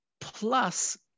plus